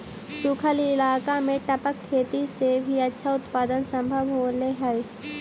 सूखल इलाका में टपक खेती से भी अच्छा उत्पादन सम्भव होले हइ